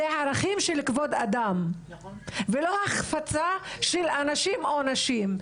זה ערכים של כבוד אדם ולא החפצה של אנשים או נשים,